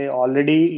already